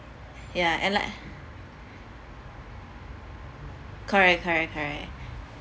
ya and like correct correct correct